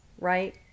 Right